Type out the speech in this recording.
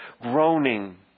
groaning